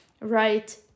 right